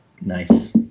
Nice